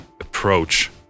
approach